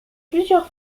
plusieurs